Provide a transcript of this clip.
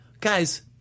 guys